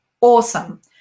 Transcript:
awesome